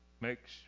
makes